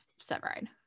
severide